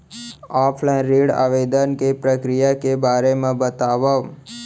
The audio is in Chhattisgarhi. ऑफलाइन ऋण आवेदन के प्रक्रिया के बारे म बतावव?